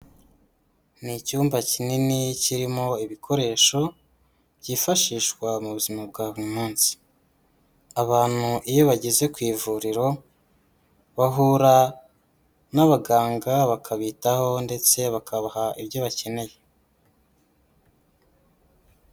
Ni icyumba kinini kirimo ibikoresho, byifashishwa mu buzima bwa buri munsi, abantu iyo bageze ku ivuriro bahura n'abaganga bakabitaho ndetse bakabaha ibyo bakeneye.